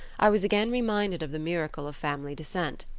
i was again reminded of the miracle of family descent.